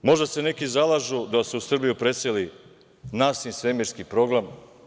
Možda se neki zalažu da se u Srbiju preseli NASIN svemirski program.